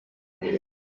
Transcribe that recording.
uburezi